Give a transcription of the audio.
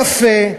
יפה.